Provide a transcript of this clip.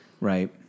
Right